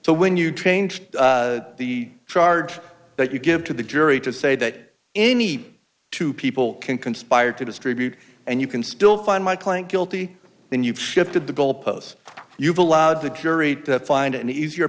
so when you change the charge that you give to the jury to say that any two people can conspire to distribute and you can still find my client guilty then you've shifted the goalposts you've allowed the jury to find an easier